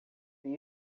com